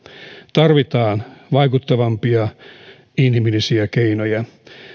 tarvitaan vaikuttavampia inhimillisiä keinoja